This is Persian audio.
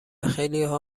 خیلیها